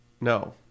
No